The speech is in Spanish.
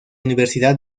universidad